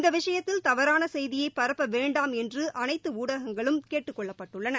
இந்த விஷயத்தில் தவறான செய்தியை பரப்ப வேண்டாம் என்று அனைத்து ஊடகங்களும் கேட்டுக் கொள்ளப்பட்டுள்ளன